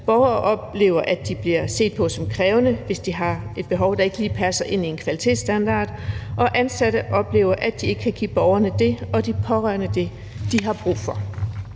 borgerne oplever, at de bliver set som krævende, hvis de har et behov, der ikke lige passer ind i en kvalitetsstandard, og ansatte oplever, at de ikke kan give borgerne og de pårørende det, de har brug for.